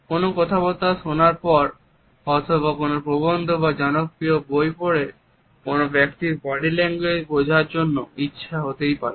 কোনও কথাবার্তা শোনার পর অথবা কোন প্রবন্ধ বা জনপ্রিয় বই পরে কোনও ব্যক্তির বডি ল্যাঙ্গুয়েজ বোঝার জন্য ইচ্ছে হতেই পারে